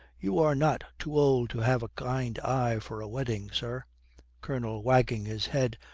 you are not too old to have a kind eye for a wedding, sir colonel, wagging his head,